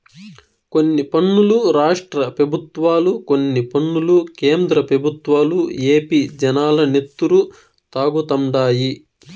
కొన్ని పన్నులు రాష్ట్ర పెబుత్వాలు, కొన్ని పన్నులు కేంద్ర పెబుత్వాలు ఏపీ జనాల నెత్తురు తాగుతండాయి